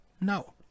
No